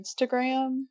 Instagram